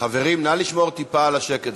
חברים, נא לשמור טיפה על השקט.